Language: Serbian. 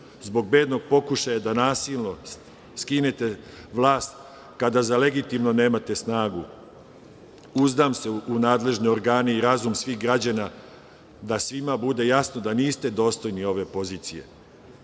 Zbog bednog pokušaja da nasilno skinete vlast kada za legitimno nemate snagu. Uzdam se u nadležne organe i razum svih građana da svima bude jasno da niste dostojni ove pozicije. Mi